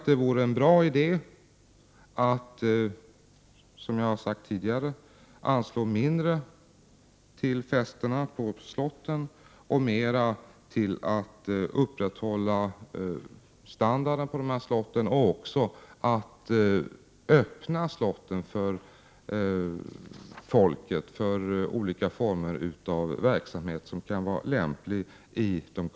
Det vore en bra idé att, som jag har sagt tidigare, anslå mindre till festerna på slotten och mera till att upprätthålla standarden på slotten och också öppna de kungliga slotten för folket för olika former av verksamhet som kan vara lämplig där.